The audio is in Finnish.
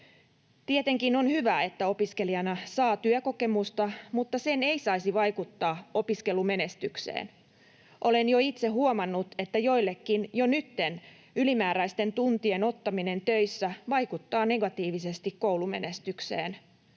Tietenkin on hyvä, että opiskelijana saa työkokemusta, mutta se ei saisi vaikuttaa opiskelumenestykseen. Olen jo itse huomannut, että joillekin jo nytten ylimääräisten tuntien ottaminen töissä vaikuttaa negatiivisesti koulumenestykseen